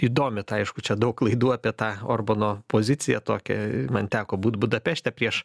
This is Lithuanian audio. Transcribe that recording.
įdomi tai aišku čia daug klaidų apie tą orbano poziciją tokią man teko būt budapešte prieš